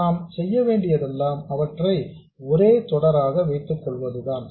நாம் செய்ய வேண்டியதெல்லாம் அவற்றை ஒரே தொடராக வைத்துக்கொள்வதுதான்